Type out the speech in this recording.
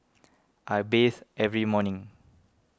I bathe every morning